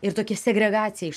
ir tokia segregacija iš